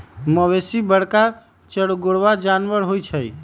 मवेशी बरका चरगोरबा जानबर होइ छइ